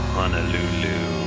Honolulu